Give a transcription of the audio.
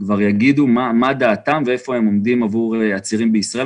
יגידו כבר מה דעתם ואיפה הם עומדים עבור הצעירים בישראל.